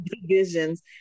divisions